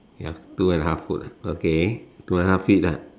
ya two and a half foot okay two and a half feet